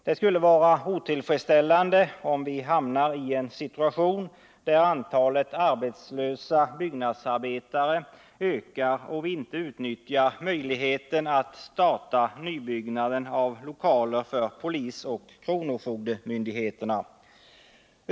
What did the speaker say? Det skulle vara otillfredsställande, om vi hamnar i en situation där antalet arbetslösa byggnadsarbetare ökar och vi inte utnyttjar möjligheten att starta byggandet av nya lokaler för polisoch kronofogdemyndigheterna.